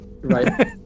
Right